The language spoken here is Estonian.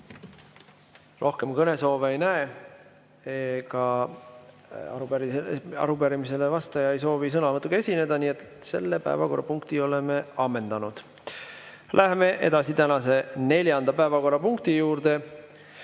Rohkem kõnesoove ei näe. Ka arupärimisele vastaja ei soovi sõnavõtuga esineda. Nii et selle päevakorrapunkti oleme ammendanud. Läheme tänase neljanda päevakorrapunkti juurde.